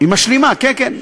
היא משלימה, כן, כן.